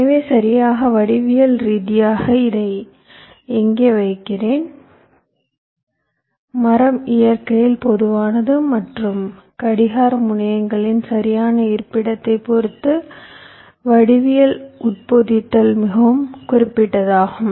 எனவே சரியாக வடிவியல் ரீதியாக இதை எங்கே வைக்கிறேன் மரம் இயற்கையில் பொதுவானது மற்றும் கடிகார முனையங்களின் சரியான இருப்பிடத்தைப் பொறுத்து வடிவியல் உட்பொதித்தல் மிகவும் குறிப்பிட்டதாகும்